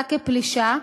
התבצעה כפלישה.